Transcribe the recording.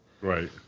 right